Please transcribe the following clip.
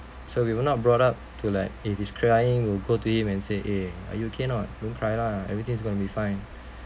so we were not brought up to like if he's crying we'll go to him and say eh are you okay or not don't cry lah everything is going to be fine